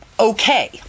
okay